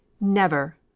Never